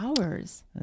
hours